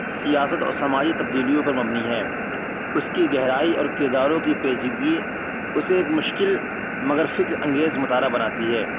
سیاست اور سماجی تبدیلیوں پر مبنی ہے اس کی گہرائی اور کرداروں کی پیچیدگی اسے ایک مشکل مگر فکر انگیز مطالعہ بناتی ہے